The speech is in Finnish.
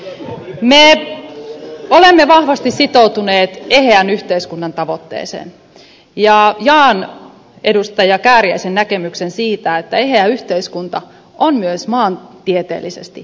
me olemme vahvasti sitoutuneet eheän yhteiskunnan tavoitteeseen ja jaan edustaja kääriäisen näkemyksen siitä että eheä yhteiskunta on myös maantieteellisesti eheä yhteiskunta